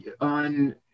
on